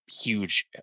huge